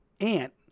Ant